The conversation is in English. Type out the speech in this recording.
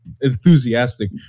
enthusiastic